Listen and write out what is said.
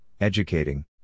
educating